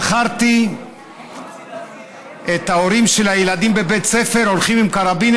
זכרתי את ההורים של הילדים בבית ספר הולכים עם קרבין,